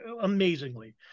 amazingly